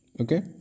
okay